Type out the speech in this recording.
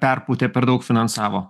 perpūtė per daug finansavo